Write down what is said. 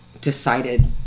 decided